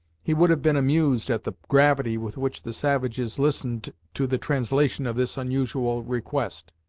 he would have been amused at the gravity with which the savages listened to the translation of this unusual request.